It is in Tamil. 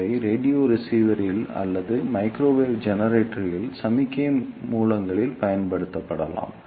அவை ரேடியோ ரிசீவர்களில் அல்லது மைக்ரோவேவ் ஜெனரேட்டர்களில் சமிக்ஞை மூலங்களில் பயன்படுத்தப்படலாம்